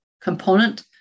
component